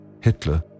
Hitler